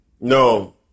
No